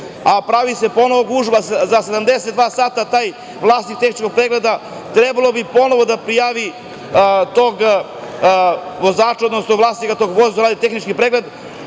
a pravi se ponovo gužva. Za 72 sata taj vlasnik tehničkog pregleda trebalo bi ponovo da prijavi tog vozača, odnosno vlasnika tog vozila, da uradi tehnički pregled